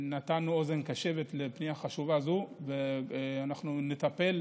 נתנו אוזן קשבת לפנייה חשובה זו, ואנחנו נטפל,